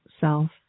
self